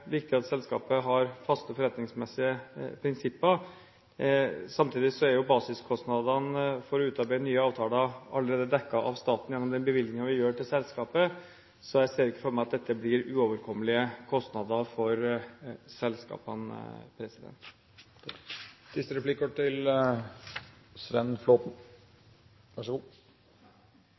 viktig at selskapet har faste forretningsmessige prinsipper. Samtidig er jo basiskostnadene for å utarbeide nye avtaler allerede dekket av staten gjennom den bevilgningen vi gir til selskapet, så jeg ser ikke for meg at det blir uoverkommelige kostnader for